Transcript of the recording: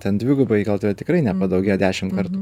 ten dvigubai gal tikrai nepadaugėjo dešimt kartų